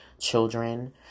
children